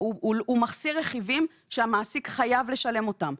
הוא מחסיר רכיבים שהמעסיק חייב לשלם אותם.